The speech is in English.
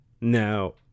now